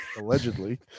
allegedly